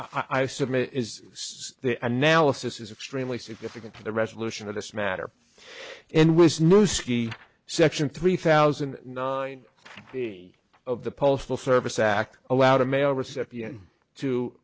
which i submit is analysis is extremely significant to the resolution of this matter and was new ski section three thousand nine of the postal service act allowed a mail recipient to